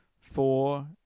Four